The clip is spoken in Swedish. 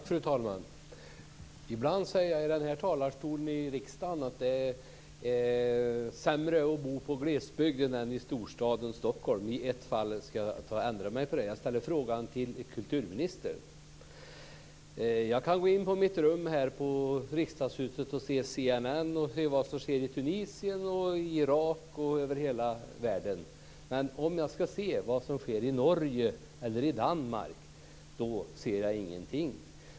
Fru talman! Ibland säger jag i denna talarstol i riksdagen att det är sämre att bo i glesbygden än i storstaden Stockholm. I ett fall skall jag ändra mig. Jag ställer frågan till kulturministern. Jag kan gå in på mitt rum här i riksdagshuset och se CNN och se vad som sker i Tunisien, i Irak och i hela världen. Men om jag skall se vad som sker i Norge eller i Danmark, då ser jag ingenting.